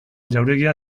jauregia